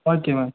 okay ma'am